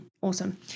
Awesome